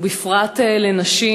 ובפרט לנשים,